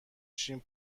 شیم